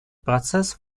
процесс